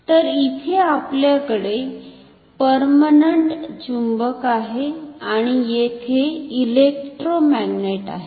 तर इथे आपल्याकडे पर्मनंट चुंबक आहे आणि येथे इलेक्ट्रोमॅग्नेट आहे